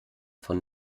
von